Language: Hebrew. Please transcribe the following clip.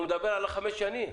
הוא מדבר על החמש שנים.